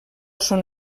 són